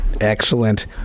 Excellent